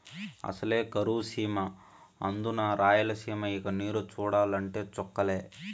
అసలే కరువు సీమ అందునా రాయలసీమ ఇక నీరు చూడాలంటే చుక్కలే